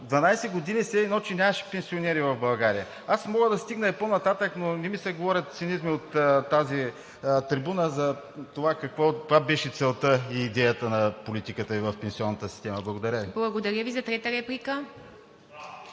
години все едно, че нямаше пенсионери в България. Мога да стигна и по-нататък, но не ми се говорят цинизми от тази трибуна за това каква беше целта и идеята на политиката Ви в пенсионната система. Благодаря Ви. (Ръкопляскания от „БСП за